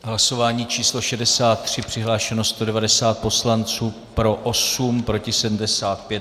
V hlasování číslo 63 přihlášeno 190 poslanců, pro 8, proti 75.